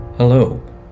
Hello